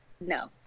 no